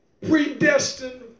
predestined